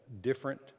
different